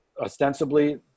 ostensibly